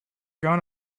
going